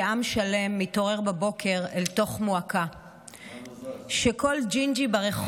שראש הממשלה שלך חושב שהוא היה יו"ר האופוזיציה בהתנתקות?